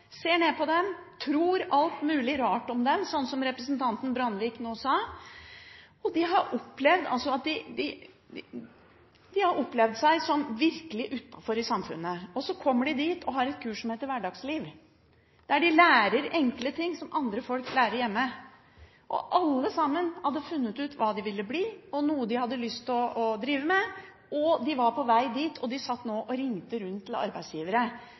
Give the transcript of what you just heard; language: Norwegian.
ser ned på dem, tror alt mulig rart om dem, slik som representanten Brandvik nå sa. De har opplevd seg som virkelig utenfor i samfunnet, og så kommer de dit og har et kurs som heter hverdagsliv, der de lærer enkle ting som andre folk lærer hjemme. Alle sammen hadde funnet ut hva de ville bli, og noe de hadde lyst til å drive med, de var på veg dit, og de satt nå og ringte rundt til arbeidsgivere.